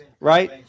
Right